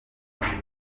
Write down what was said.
kane